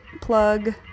plug